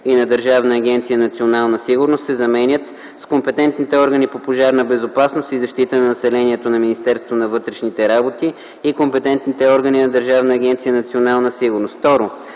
и на Държавна агенция „Национална сигурност” се заменят с „компетентните органи по Пожарна безопасност и защита на населението на Министерството на вътрешните работи и компетентните органи на Държавна агенция „Национална сигурност”.